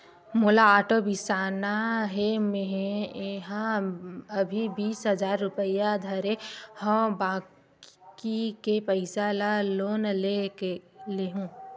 मोला आटो बिसाना हे, मेंहा अभी बीस हजार रूपिया धरे हव बाकी के पइसा ल लोन ले लेहूँ